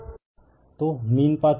तो mean path से लेते हैं